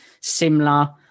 similar